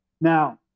Now